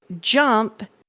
jump